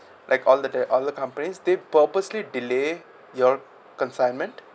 like all the all the companies they purposely delay your consignment